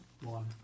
One